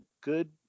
good